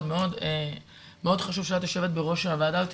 מאוד חשוב שאת יושבת בראש הוועדה הזאת.